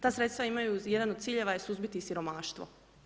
Ta sredstva imaju jedan od ciljeva je suzbiti siromaštvo.